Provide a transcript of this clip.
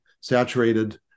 saturated